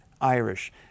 Irish